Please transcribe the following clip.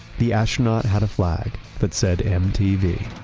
the astronaut had a flag that said, mtv